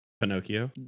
Pinocchio